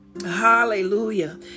Hallelujah